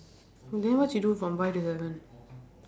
then what she do from five to seven